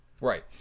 Right